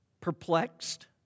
perplexed